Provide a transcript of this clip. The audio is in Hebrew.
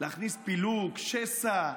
להכניס פילוג, שסע,